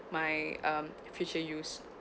my um future use